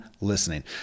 listening